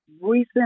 recent